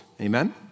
Amen